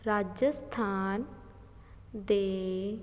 ਰਾਜਸਥਾਨ ਦੇ